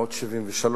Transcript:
1973,